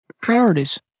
Priorities